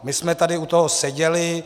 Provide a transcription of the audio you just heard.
My jsme tady u toho seděli.